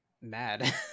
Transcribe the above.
mad